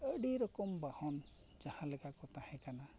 ᱟᱹᱰᱤ ᱨᱚᱠᱚᱢ ᱵᱟᱦᱚᱱ ᱡᱟᱦᱟᱸ ᱞᱮᱠᱟ ᱠᱚ ᱛᱟᱦᱮᱸ ᱠᱟᱱᱟ